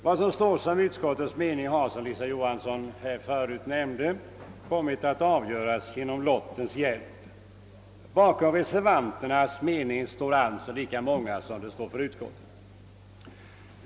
Vad som står som utskottets mening har som fru Johansson här förut nämnde kommit att avgöras genom lottens hjälp. Bakom reservanternas mening står alltså lika många ledamöter som bakom utskottets.